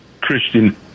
Christian